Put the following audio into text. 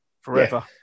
Forever